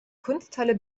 kunsthalle